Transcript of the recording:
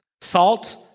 Salt